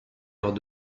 lors